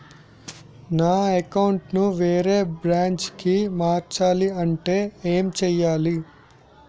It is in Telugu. నా అకౌంట్ ను వేరే బ్రాంచ్ కి మార్చాలి అంటే ఎం చేయాలి?